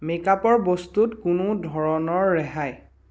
make আপৰ বস্তুত কোনো ধৰণৰ ৰেহাই